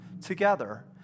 together